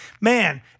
man